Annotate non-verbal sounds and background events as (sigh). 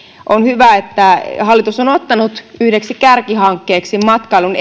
on hyvä että hallitus on ottanut yhdeksi kärkihankkeeksi matkailun (unintelligible)